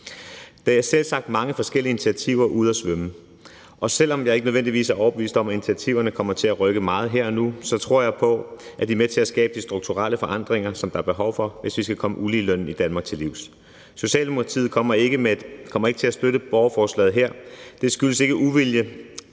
Der er selvsagt sat mange forskellige initiativer i søen, og selv om jeg ikke nødvendigvis er overbevist om, at initiativerne kommer til at rykke meget her og nu, så tror jeg på, at vi er med til at skabe de strukturelle forandringer, som der er behov for, hvis vi skal komme uligelønnen i Danmark til livs. Socialdemokratiet kommer ikke til at støtte borgerforslaget her. Det skyldes ikke uvilje,